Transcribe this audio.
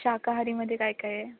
शाकाहारीमध्ये काय काय आहे